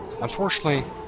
Unfortunately